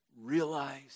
Realize